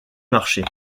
marchés